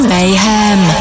Mayhem